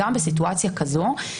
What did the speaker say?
גם בסיטואציה כזו,